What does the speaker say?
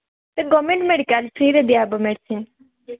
government medical ଫ୍ରିରେ ଦିଆଯିବ medicine